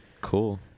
Cool